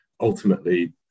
Ultimately